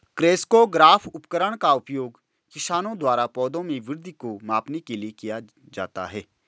crescograph उपकरण का उपयोग किसानों द्वारा पौधों में वृद्धि को मापने के लिए किया जाता है